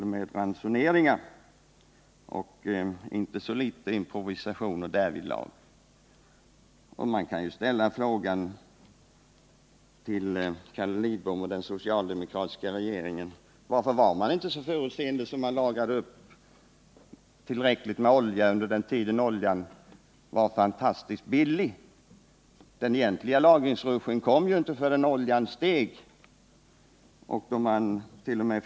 0. m. hade ransoneringar och inte så litet improvisationer. Man kan med fullt berättigande ställa frågan till Carl Lidbom och den dåvarande socialdemokratiska regeringen: Varför var man inte så förutseende den gången att man lagrade upp tillräckligt med olja under den tid då oljan var fantastisk billig? Den egentliga lagringsrushen kom inte förrän oljan stigit i pris, och då fick man tt.o.m.